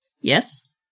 Yes